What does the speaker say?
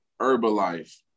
Herbalife